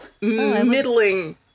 middling